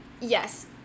Yes